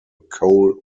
coal